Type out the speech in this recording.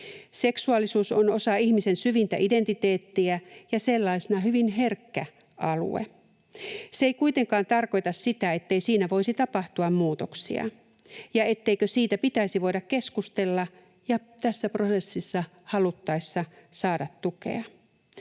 Seksuaalisuus on osa ihmisen syvintä identiteettiä ja sellaisena hyvin herkkä alue. Se ei kuitenkaan tarkoita sitä, ettei siinä voisi tapahtua muutoksia ja etteikö siitä pitäisi voida keskustella ja tässä prosessissa haluttaessa saada tukea.